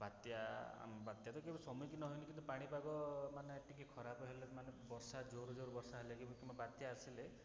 ବାତ୍ୟା ଆ ବାତ୍ୟା ତ କେବେ ସମ୍ମୁଖୀନ ହେଇନି କିନ୍ତୁ ପାଣିପାଗ ମାନେ ଟିକିଏ ଖରାପ ହେଲେ ମାନେ ବର୍ଷା ଜୋର ଜୋର ବର୍ଷା ହେଲେ କିମ୍ବା ବାତ୍ୟା ଆସିଲେ